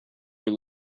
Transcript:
were